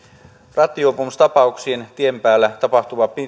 rattijuopumustapauksissa tien päällä tapahtuva